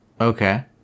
Okay